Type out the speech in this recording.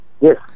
Yes